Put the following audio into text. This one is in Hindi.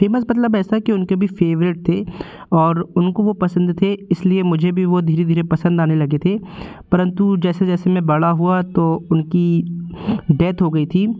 फेमस मतलब ऐसा कि उनके भी फे़वरेट थे और उनको वो पसंद थे इसलिए मुझे भी वो धीरे धीरे पसंद आने लगे थे परंतु जैसे जैसे मैं बड़ा हुआ तो उनकी डेथ हो गई थी